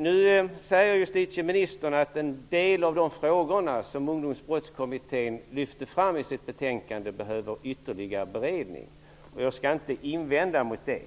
Nu säger justitieministern att en del av de frågor som Ungdomsbrottskommittén lyfte fram i sitt betänkande behöver ytterligare beredning. Jag skall inte invända mot det.